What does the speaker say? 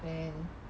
then